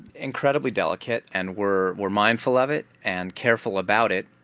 incredibly delicate and we're we're mindful of it and careful about it.